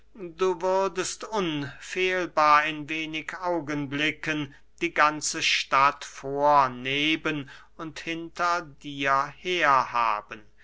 du würdest unfehlbar in wenig augenblicken die ganze stadt vor neben und hinter dir her haben